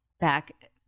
back